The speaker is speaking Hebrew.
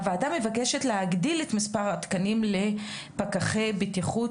הוועדה מבקשת להגדיל את מספר התקנים לפקחי בטיחות